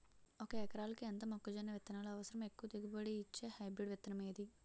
ఒక ఎకరాలకు ఎంత మొక్కజొన్న విత్తనాలు అవసరం? ఎక్కువ దిగుబడి ఇచ్చే హైబ్రిడ్ విత్తనం ఏది?